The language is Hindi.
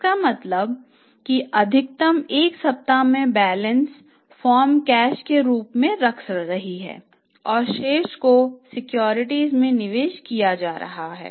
इसका मतलब है कि अधिकतम 1 सप्ताह की बैलेंस फर्म कैश के रूप में रख रही है और शेष को सिक्योरिटीज में निवेश किया जा रहा है